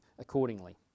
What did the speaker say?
accordingly